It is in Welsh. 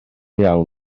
iawn